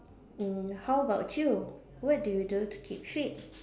mm how about you what do you do to keep fit